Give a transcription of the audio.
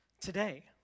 today